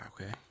okay